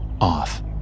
off